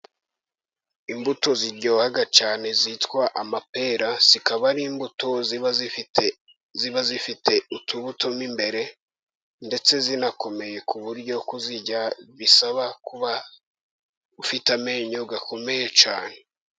Imbuto ziryoha cyane zitwa amapera, zikaba ari imbuto ziba zifite utubuto mo imbere, ndetse zinakomeye ku buryo kuzirya bisaba kuba ufite amenyo akomeye cyane.